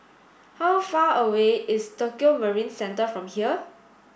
how far away is Tokio Marine Centre from here